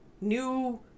new